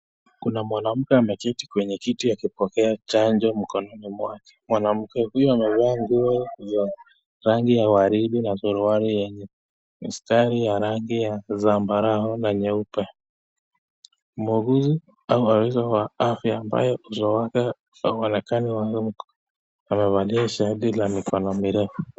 Kuna mwanamke ameketi kwa kiti akipokea chanjo mikononi mwake. Mwanamke huyu amevaa nguo za rangi ya waridi na suruali yenye mistari ya rangi ya zambarau na nyeupe. Muuguzi ama mhudumu wa afya ambaye uso wake wa marekani amevalia shati la mikono refu.